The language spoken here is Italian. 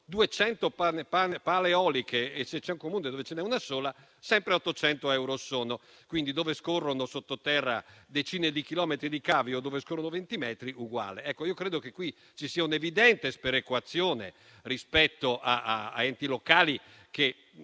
200 pale eoliche e in un altro ce n'è una sola, sempre 800 sono gli euro; dove scorrono sotto terra decine di chilometri di cavi e dove scorrono 20 metri, è uguale. Io credo che ci sia un'evidente sperequazione rispetto a enti locali che